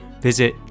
visit